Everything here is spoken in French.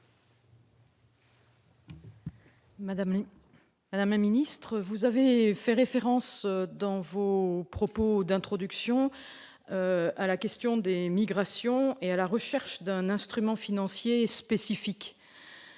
Madame la ministre, vous avez fait référence, dans vos propos introductifs, à la question des migrations et à la recherche d'un instrument financier spécifique.